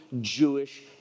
Jewish